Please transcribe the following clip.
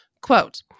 quote